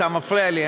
אתה מפריע לי,